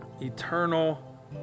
eternal